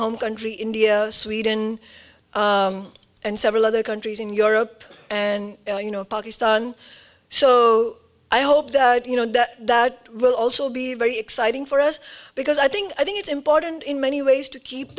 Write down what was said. home country india sweden and several other countries in europe and you know pakistan so i hope that you know that will also be very exciting for us because i think i think it's important in many ways to keep